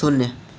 शून्य